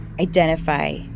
identify